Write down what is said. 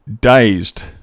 dazed